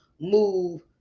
move